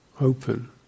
Open